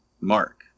Mark